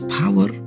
power